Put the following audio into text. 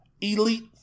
elite